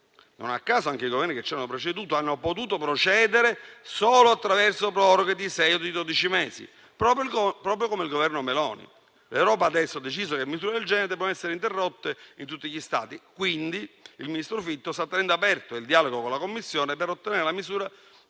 Non a caso, anche i Governi che ci hanno preceduto hanno potuto procedere solo attraverso proroghe di sei o di dodici mesi, proprio come il Governo Meloni. L'Europa adesso ha deciso che misure del genere debbono essere interrotte in tutti gli Stati, quindi il ministro Fitto sta tenendo aperto il dialogo con la Commissione per ottenere un'apertura